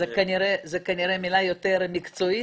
זו כנראה מילה יותר מקצועית,